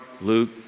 Luke